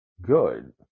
good